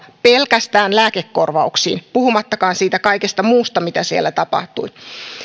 pelkästään lääkekorvauksiin puhumattakaan siitä kaikesta muusta mitä siellä tapahtui